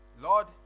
Lord